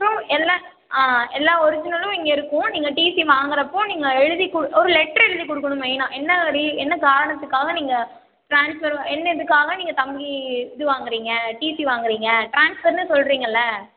அப்பறம் எல்லாம் எல்லாம் ஒரிஜினலும் இங்கே இருக்கும் நீங்கள் டிசி வாங்கிறப்போ நீங்கள் எழுதி குட் ஒரு லெட்ரு எழுதிக் கொடுக்குணும் மெயினா என்ன ரீ என்ன காரணத்துக்காக நீங்கள் ட்ரான்ஸ்வெர் என்ன இதுக்காக நீங்கள் தங்கி இது வாங்குகிறிங்க டிசி வாங்குகிறிங்க ட்ரான்ஸ்வெர்னு சொல்கிறிங்கள்ல